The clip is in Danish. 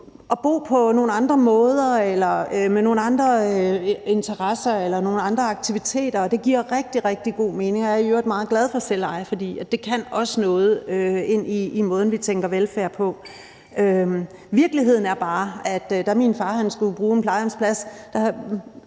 at bo på nogle andre måder, med nogle andre interesser eller nogle andre aktiviteter, og det giver rigtig god mening. Jeg er i øvrigt meget glad for selveje, for det kan også noget i forhold til måden, vi tænker velfærd på. Virkeligheden er bare, at da min far skulle bruge en plejehjemsplads,